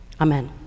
Amen